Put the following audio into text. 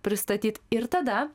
pristatyt ir tada